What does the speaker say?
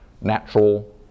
natural